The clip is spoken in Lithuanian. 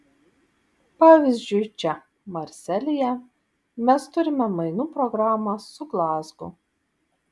pavyzdžiui čia marselyje mes turime mainų programą su glazgu